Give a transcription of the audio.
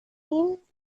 hymns